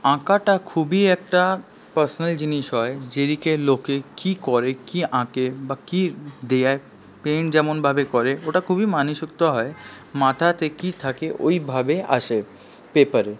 আঁকাটা খুবই একটা পার্সোনাল জিনিস হয় যেদিকে লোকে কি করে কি আঁকে বা কি দেয় পেইন্ট যেমনভাবে করে ওটা খুবই হয় মাথাতে কি থাকে ওইভাবে আসে পেপারে